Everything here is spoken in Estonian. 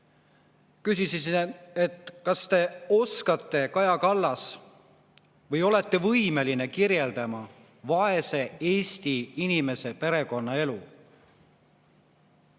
Küsisin: kas te oskate, Kaja Kallas, või olete võimeline kirjeldama vaese Eesti inimese perekonnaelu?